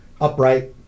upright